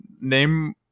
name